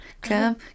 Come